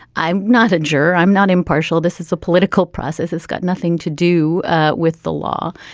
i'm not a juror. i'm not impartial. this is a political process. it's got nothing to do with the law.